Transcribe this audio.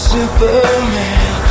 Superman